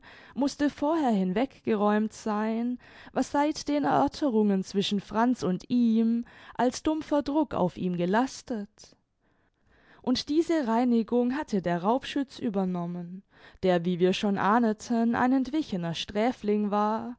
mußte vorher hinweggeräumt sein was seit den erörterungen zwischen franz und ihm als dumpfer druck auf ihm gelastet und diese reinigung hatte der raubschütz übernommen der wie wir schon ahneten ein entwichener sträfling war